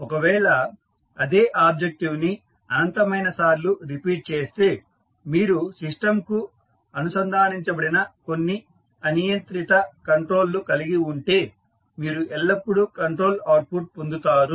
ఒకవేళ అదే ఆబ్జెక్టివ్ ని అనంతమైన సార్లు రిపీట్ చేస్తే మీరు సిస్టంకు అనుసంధానించబడిన కొన్ని అనియంత్రిత కంట్రోల్ లు కలిగి ఉంటే మీరు ఎల్లప్పుడూ కంట్రోల్ అవుట్పుట్ పొందుతారు